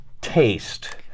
taste